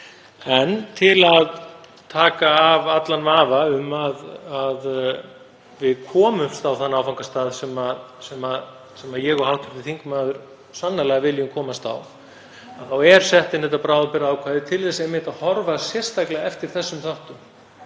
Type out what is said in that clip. En til að taka af allan vafa um að við komumst á þann áfangastað sem ég og hv. þingmaður sannarlega viljum komast á þá er sett inn þetta bráðabirgðaákvæði til þess einmitt að horfa sérstaklega eftir þessum þáttum,